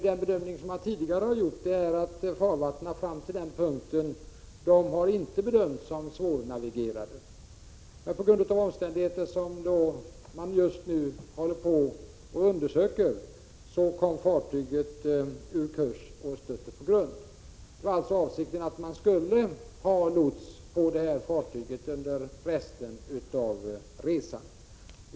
Den bedömning som man tidigare har gjort är att farvattnen fram till den punkten tidigare inte har ansetts vara svårnavigerade. Men på grund av omständigheter som man just nu håller på och undersöker kom fartyget ur kurs och stötte på grund. Avsikten var alltså att man skulle ha med en lots på fartyget under resten av resan.